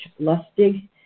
Lustig